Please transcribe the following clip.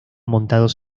montados